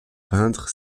peintre